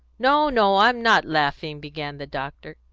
no, no, i'm not laughing. began the doctor.